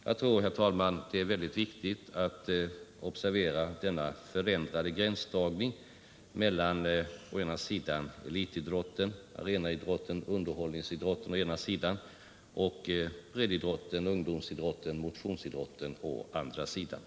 Jag tror det är viktigt att vi får till stånd denna gränsdragning mellan elitidrotten, arenaidrotten, underhållningsidrotten å ena sidan och breddidrotten, ungdomsidrotten, motionsidrotten å den andra.